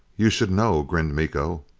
you should know, grinned miko.